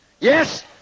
Yes